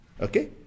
okay